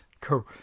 cool